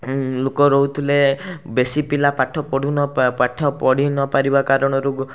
ଲୋକ ରହୁଥିଲେ ବେଶୀ ପିଲା ପାଠ ପଢ଼ୁନ ପାଠ ପଢ଼ି ନପାରିବା କାରଣରୁ